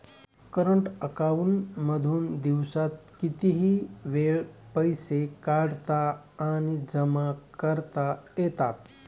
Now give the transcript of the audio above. current account मधून दिवसात कितीही वेळ पैसे काढता आणि जमा करता येतात